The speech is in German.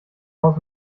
aus